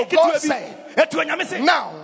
Now